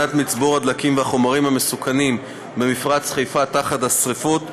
במצבור הדלקים והחומרים המסוכנים במפרץ-חיפה תחת איום השרפות,